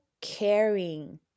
caring